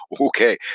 Okay